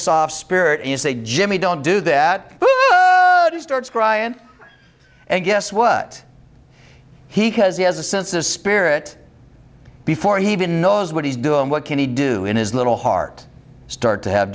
soft spirit in say jimmy don't do that starts crying and guess what he has he has a sense a spirit before he even knows what he's doing what can he do in his little heart start to have